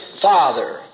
Father